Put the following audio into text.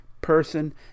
person